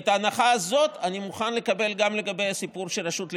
את ההנחה הזאת אני מוכן לקבל גם לגבי הסיפור של הרשות לפיתוח,